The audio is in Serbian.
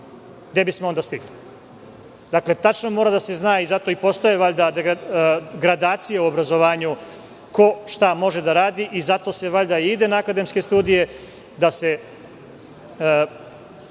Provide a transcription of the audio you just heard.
Gde bismo onda stigli? Dakle, tačno mora da se zna i zato valjda postoje gradacije u obrazovanju ko šta može da radi. Zato se valjda i ide na akademske studije, da se